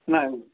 نہ